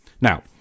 Now